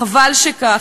חבל שכך.